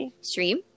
stream